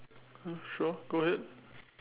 uh sure go ahead